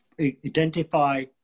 identify